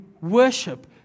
worship